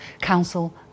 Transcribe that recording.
Council